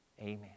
Amen